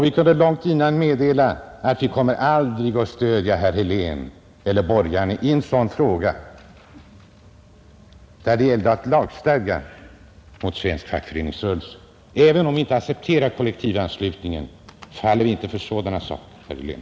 Vi kunde långt i förväg meddela att vi aldrig kommer att stödja herr Helén eller borgarna i en fråga där det gäller att lagstifta mot den svenska fackföreningsrörelsen. Även om vi inte accepterar kollektivanslutningen faller vi inte för sådana saker.